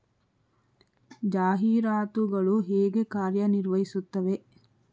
ಜಾಹೀರಾತುಗಳು ಹೇಗೆ ಕಾರ್ಯ ನಿರ್ವಹಿಸುತ್ತವೆ?